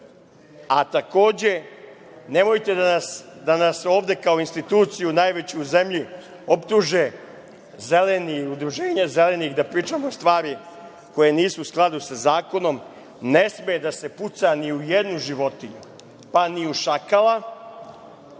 a takođe nemojte da nas ovde kao instituciju najveću u zemlji optuže Zeleni, Udruženje zelenih da pričamo stvari koje nisu u skladu sa zakonom, ne sme da se puca ni u jednu životinju, pa ni u šakala,